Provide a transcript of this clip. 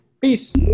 Peace